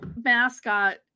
mascot